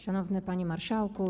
Szanowny Panie Marszałku!